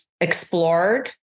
explored